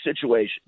situation